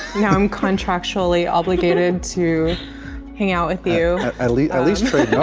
now i'm contractually obligated to hang out with you. at least least trade